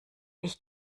ich